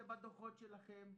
ובדוחות שלכם,